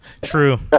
true